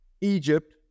Egypt